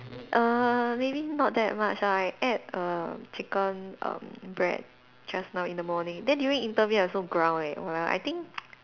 err maybe not that much ah I ate err chicken err bread just now in the morning then during interview I also growl eh !wah! I think